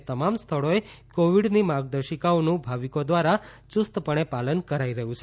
જોકે તમામ સ્થળોએ કોવિડની માર્ગદર્શિકાઓનું ભાવિકો દ્રારા યુસ્તપણે પાલન કરાઈ રહ્યું છે